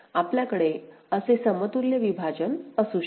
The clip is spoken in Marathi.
आपल्याकडे असे समतुल्य विभाजन असू शकते